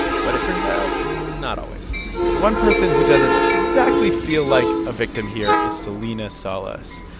but it turns out not always one person who doesn't exactly feel like a victim here is celina salas.